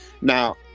Now